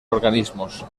organismos